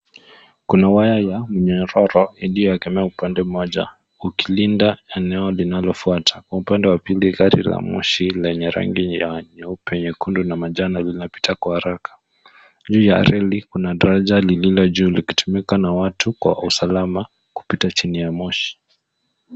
Kuna waya ya mnyororo ilioegemea upande mmoja ikilinda eneo linalifuata, kwa upande wa pili gari la moshi lenye rangi ya nyeupe, nyekundu na manjano lina pita kwa haraka. Juu ya reli kuna daraja lililojuu likitumika na watu kwa usalama kupita chini ya moshi.